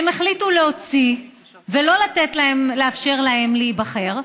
החליטו להוציא ולא לאפשר לו להיבחר,